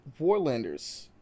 Warlanders